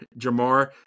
Jamar